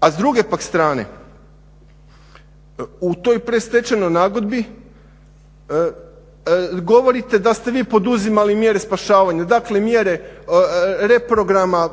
A s druge pak strane u toj predstečenoj nagodbi govorite da ste vi poduzimali mjere